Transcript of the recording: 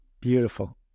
Beautiful